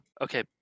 Okay